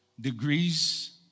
degrees